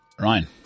Ryan